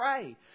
pray